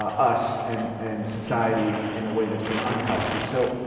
ah us and, and society and in a way that's been unhealthy. so,